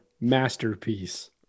masterpiece